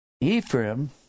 Ephraim